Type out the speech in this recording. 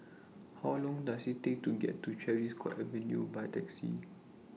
How Long Does IT Take to get to Tavistock Avenue By Taxi